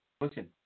listen